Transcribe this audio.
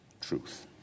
truth